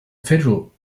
federal